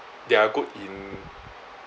they are good in